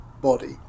body